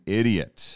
idiot